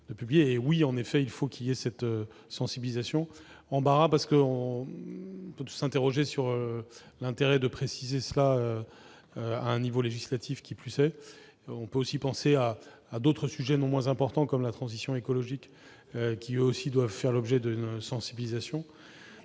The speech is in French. il faut en effet qu'il y ait cette sensibilisation. Embarras, parce que je m'interroge sur l'intérêt de préciser cela au niveau législatif. On peut aussi penser à d'autres sujets non moins importants, comme la transition écologique, qui doivent également faire l'objet d'une sensibilisation.